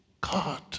God